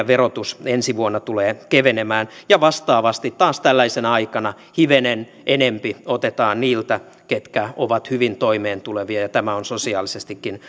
verotus ensi vuonna tulee kevenemään ja vastaavasti taas tällaisena aikana hivenen enempi otetaan niiltä ketkä ovat hyvin toimeen tulevia ja tämä on sosiaalisestikin